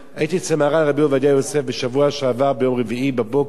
הייתי אצל מרן רבי עובדיה יוסף בשבוע שעבר ביום רביעי בבוקר.